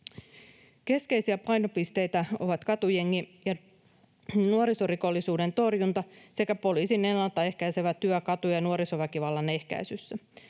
Keskeisiä painopisteitä ovat katujengi- ja nuorisorikollisuuden torjunta sekä poliisin ennalta ehkäisevä työ katu- ja nuorisoväkivallan ehkäisyssä.